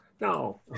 No